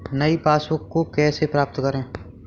नई पासबुक को कैसे प्राप्त करें?